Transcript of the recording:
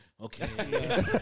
okay